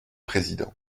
président